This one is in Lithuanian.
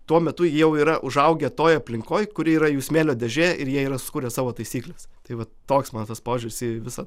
tuo metu jau yra užaugę toj aplinkoj kuri yra jų smėlio dėžė ir jie yra sukūrę savo taisykles tai vat toks mano tas požiūris į visą